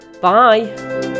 Bye